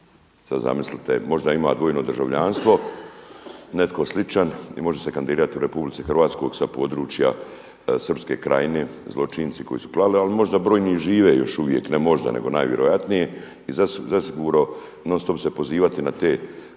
Sada zamislite, možda ima dvojno državljanstvo netko sličan i može se kandidirati u RH sa područja Srpske krajine zločinci koji su klali, a možda brojni i žive još uvijek, ne možda nego najvjerojatnije i zasigurno non stop se pozivati na te